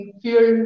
fuel